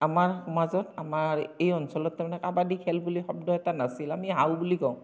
আমাৰ সমাজত আমাৰ এই অঞ্চলত তাৰ মানে কাবাডী খেল বুলি শব্দ এটা নাছিল আমি হাউ বুলি কওঁ